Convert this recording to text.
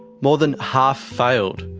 more than half failed,